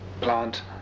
plant